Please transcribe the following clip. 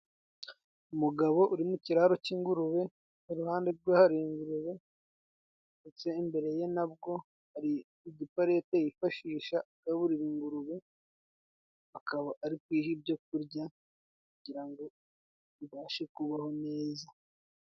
Umugabo uri mu kiraro cy'ingurube. Iruhande rwe hari ingurubetse, ndetse imbere ye nabwo hari igiporete yifashisha agaburira ingurube akaba ari kuyiha ibyo kurya kugira ngo ibashe kubaho neza.